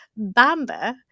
Bamba